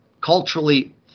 culturally